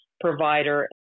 provider